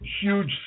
huge